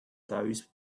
those